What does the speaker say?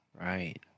Right